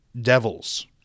devils